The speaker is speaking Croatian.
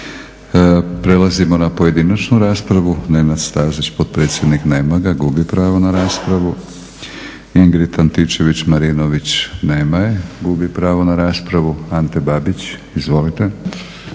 Prelazimo na pojedinačnu raspravu. Nenad Stazić, potpredsjednik, nema ga. Gubi pravo na raspravu. Ingrid Antičević-Marinović, nema je. Gubi pravo na raspravu. Ante Babić, izvolite.